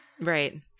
Right